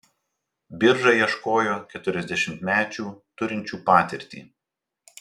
birža ieškojo keturiasdešimtmečių turinčių patirtį